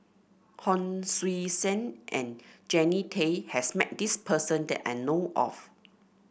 Hon Sui Sen and Jannie Tay has met this person that I know of